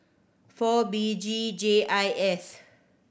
four B G J I S